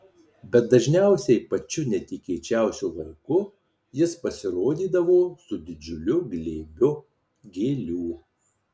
bet dažniausiai pačiu netikėčiausiu laiku jis pasirodydavo su didžiuliu glėbiu gėlių